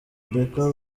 rebecca